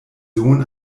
sohn